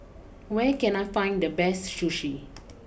where can I find the best Sushi